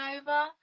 over